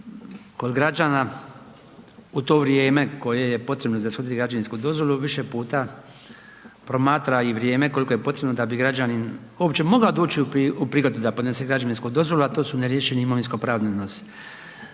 kod građana u to vrijeme koje je potrebno za ishodit građevinsku dozvolu više puta promatra i vrijeme koliko je potrebo da bi građanin uopće mogao doći u prigodu da podnese građevinsku dozvolu, a to su neriješeni imovinsko-pravni